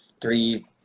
three